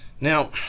Now